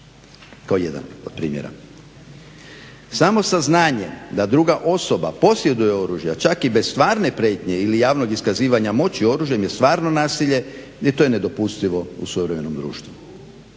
kao jedan od primjera. Samo saznanjem da druga osoba posjeduje oružje, a čak i bez stvarne prijetnje ili javnog iskazivanja moći oružjem je stvarno nasilje i to je nedopustivo u suvremenom društvu.